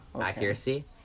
accuracy